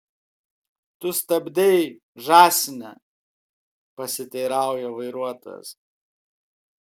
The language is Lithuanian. tu stabdei žąsine pasiteirauja vairuotojas